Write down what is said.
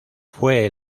fue